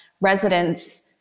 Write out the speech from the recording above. residents